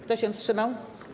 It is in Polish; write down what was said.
Kto się wstrzymał?